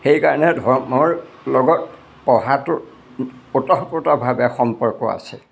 সেইকাৰণে ধৰ্মৰ লগত পঢ়াটো উতঃপুতঃভাৱে সম্পৰ্ক আছে